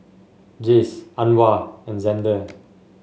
Jayce Anwar and Xander